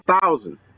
thousand